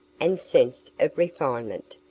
and sense of refinement,